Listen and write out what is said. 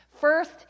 First